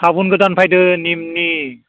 साबुन गोदान फैदों निमनि